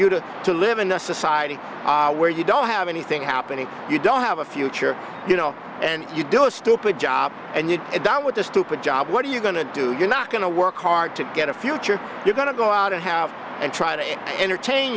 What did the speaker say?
you to to live in a society where you don't have anything happening you don't have a future you know and you do a stupid job and you get down with the stupid job what are you going to do you're not going to work hard to get a future you've got to go out to have and try to entertain